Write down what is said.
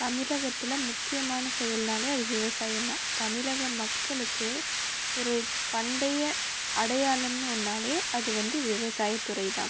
தமிழகத்தில் முக்கியமான செயல்னாலே அது விவசாயம்னா தமிழக மக்களுக்கு ஒரு பண்டைய அடையாளம்னு ஒன்றாலே அது வந்து விவசாயத்துறை தான்